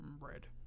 red